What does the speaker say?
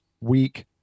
week